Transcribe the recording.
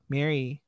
Mary